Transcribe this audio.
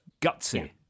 gutsy